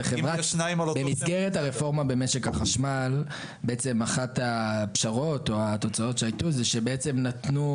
במסגרת הרפורמה במשק החשמל אחת הפשרות או התוצאות שהיו זה שבעצם נתנו,